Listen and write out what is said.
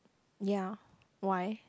ya why